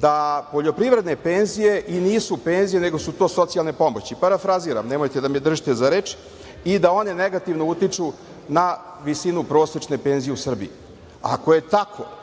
da poljoprivredne penzije i nisu penzije, nego su to socijalne pomoći, parafraziram, nemojte da me držite za reč i da one negativno utiču na visinu prosečne penzije u Srbiji. Ako je tako